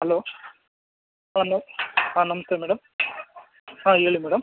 hello ಹಾಂ ನ ಹಾಂ ನಮಸ್ತೆ ಮೇಡಮ್ ಹಾಂ ಹೇಳಿ ಮೇಡಮ್